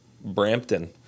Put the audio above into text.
Brampton